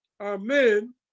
amen